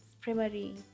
primary